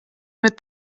mit